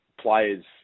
players